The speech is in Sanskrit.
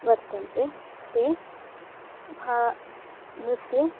वर्तन्ते ते भा नृत्ये